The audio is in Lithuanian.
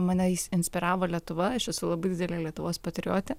mane inspiravo lietuva aš esu labai didelė lietuvos patriotė